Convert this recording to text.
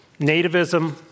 nativism